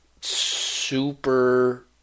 super